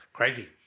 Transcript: Crazy